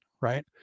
right